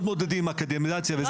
אנחנו מאוד מעודדים אקדמיזציה וכו',